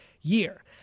year